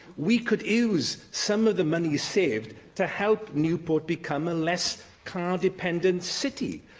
we could use some of the money saved to help newport become a less car-dependent city.